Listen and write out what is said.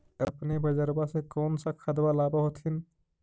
अपने बजरबा से कौन सा खदबा लाब होत्थिन?